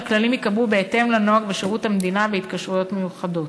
הכללים ייקבעו בהתאם לנהוג בשירות המדינה בהתקשרויות מיוחדות.